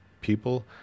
people